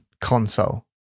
console